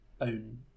own